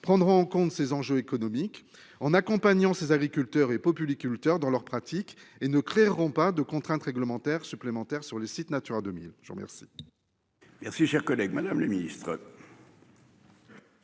prendront en compte ces enjeux économiques en accompagnant ses agriculteurs et populi culteurs dans leur pratique et ne créeront pas de contraintes réglementaires supplémentaires sur le site Natura 2000, je vous remercie.